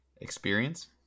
Experience